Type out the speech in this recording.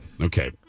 Okay